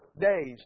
days